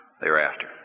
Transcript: thereafter